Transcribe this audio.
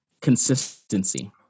Consistency